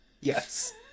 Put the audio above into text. Yes